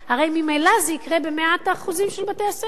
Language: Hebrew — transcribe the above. הרי ממילא זה יקרה ב-100% של בתי-הספר.